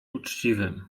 uczciwym